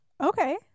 okay